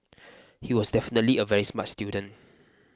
he was definitely a very smart student